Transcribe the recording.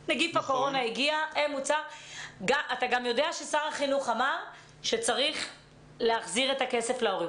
אתה גם יודע ששר החינוך אמר שצריך להחזיר את הכסף להורים,